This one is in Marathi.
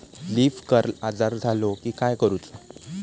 लीफ कर्ल आजार झालो की काय करूच?